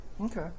Okay